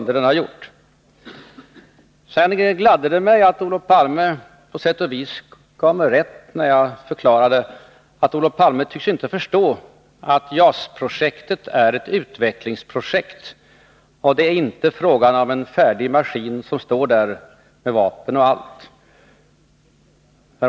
Det gladde mig att Olof Palme på sätt och vis gav mig rätt när jag förklarade att han inte tycks förstå att JAS-projektet är ett utvecklingsprojekt och att det inte är fråga om en färdig maskin som står där med vapen och allt.